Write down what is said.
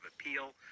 appeal